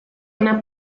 una